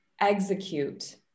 execute